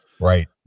Right